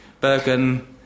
Bergen